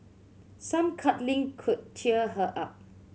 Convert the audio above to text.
some cuddling could cheer her up